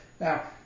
Now